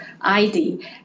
ID